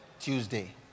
Tuesday